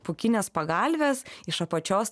pūkines pagalves iš apačios